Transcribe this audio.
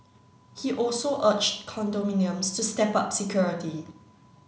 he also urged condominiums to step up security